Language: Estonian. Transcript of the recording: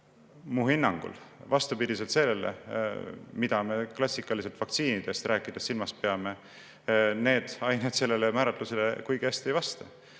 minu hinnangul, vastupidiselt sellele, mida me klassikaliselt vaktsiinidest rääkides silmas peame, need ained sellele määratlusele kuigi hästi ei vasta.